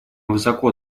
высоко